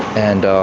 and,